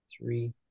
Three